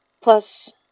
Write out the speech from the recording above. Plus